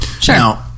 Sure